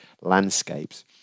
landscapes